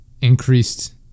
increased